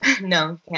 no